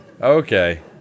Okay